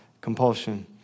compulsion